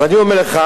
אני אומר לך: